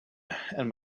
and